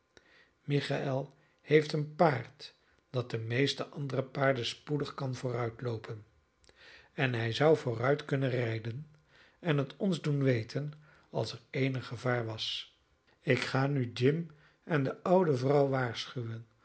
michael heeft een paard dat de meeste andere paarden spoedig kan vooruitloopen en hij zou vooruit kunnen rijden en het ons doen weten als er eenig gevaar was ik ga nu jim en de oude vrouw waarschuwen